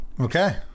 okay